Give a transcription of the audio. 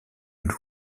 loup